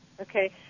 Okay